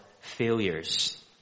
failures